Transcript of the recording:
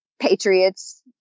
Patriots